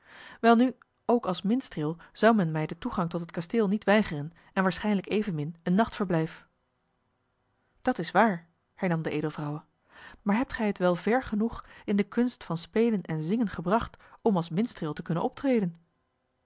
welnu ook als minstreel zou men mij den toegang tot het kasteel niet weigeren en waarschijnlijk evenmin een nachtverblijf dat is waar hernam de edelvrouwe maar hebt gij het wel ver genoeg in de kunst van spelen en zingen gebracht om als minstreel te kunnen optreden